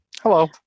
Hello